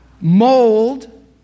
mold